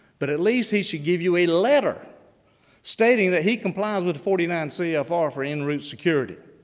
but at least he should give you a letter stating that he complies with the forty nine cfr ah for in route security,